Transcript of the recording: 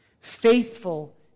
Faithful